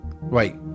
Wait